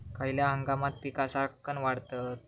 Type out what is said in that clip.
खयल्या हंगामात पीका सरक्कान वाढतत?